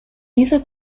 diese